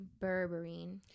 berberine